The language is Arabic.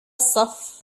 الصف